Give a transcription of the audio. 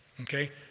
Okay